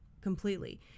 completely